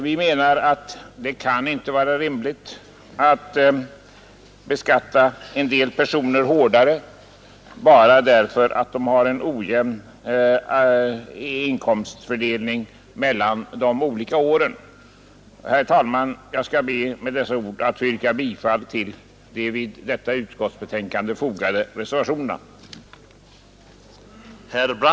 Vi menar att det inte kan vara rimligt att beskatta en del personer hårdare bara därför att de har en ojämn inkomstfördelning mellan de olika åren. Herr talman! Jag skall med dessa ord be att få yrka bifall till de vid betänkandet fogade reservationerna.